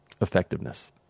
effectiveness